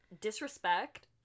disrespect